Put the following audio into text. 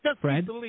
Fred